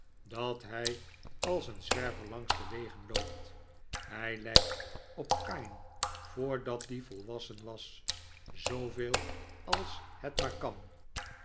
dat hij als een zwerver langs de wegen loopt hij lijkt op ka'in voordat die volwassen was zooveel als het maar kan